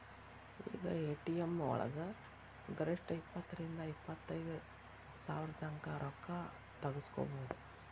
ಈಗ ಎ.ಟಿ.ಎಂ ವಳಗ ಗರಿಷ್ಠ ಇಪ್ಪತ್ತರಿಂದಾ ಇಪ್ಪತೈದ್ ಸಾವ್ರತಂಕಾ ರೊಕ್ಕಾ ತಗ್ಸ್ಕೊಬೊದು